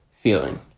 feeling